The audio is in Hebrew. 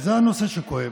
וזה הנושא שכואב.